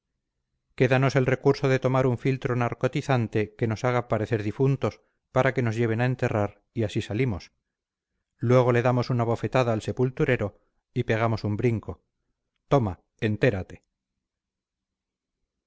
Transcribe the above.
ciprés quédanos el recurso de tomar un filtro narcotizante que nos haga parecer difuntos para que nos lleven a enterrar y así salimos luego le damos una bofetada al sepulturero y pegamos un brinco toma entérate